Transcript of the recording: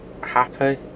happy